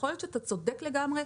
יכול להיות שאתה צודק לגמרי,